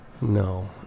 No